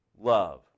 love